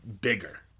Bigger